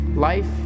Life